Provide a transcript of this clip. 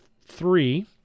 three